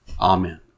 Amen